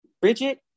Bridget